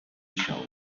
show